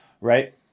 Right